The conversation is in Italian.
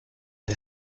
the